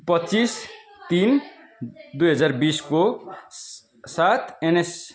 पच्चिस तिन दुई हजार बिसको साथ एनएस